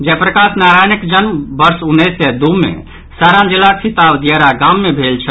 जयप्रकाश नारायणक जन्म वर्ष उन्नैस सय दू मे सारण जिलाक सिताब दियारा गाम मे भेल छल